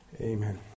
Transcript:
Amen